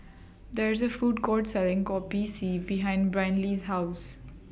There IS A Food Court Selling Kopi C behind Brynlee's House